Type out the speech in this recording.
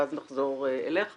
ואז נחזור אליך